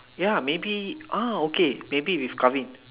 ya maybe ah okay maybe with Karvin